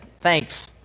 Thanks